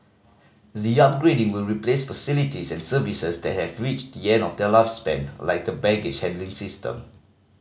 the upgrading will replace facilities and services that have reached the end of their lifespan like the baggage handling system